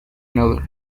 another